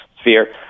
sphere